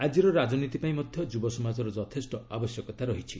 ଆଜିର ରାଜନୀତି ପାଇଁ ମଧ୍ୟ ଯୁବ ସମାଜର ଯଥେଷ୍ଟ ଆବଶ୍ୟକତା ରହିଛି